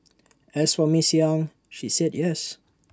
as for miss yang she said yes